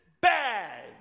bag